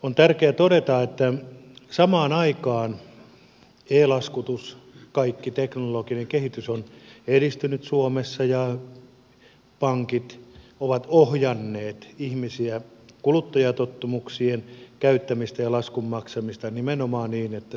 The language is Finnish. on tärkeää todeta että samaan aikaan e laskutus ja kaikki teknologinen kehitys ovat edistyneet suomessa ja pankit ovat ohjanneet ihmisiä kuluttamistottumuksien käyttämistä ja laskun maksamista nimenomaan niin että ne tapahtuvat pankkien nettiyhteyksien varassa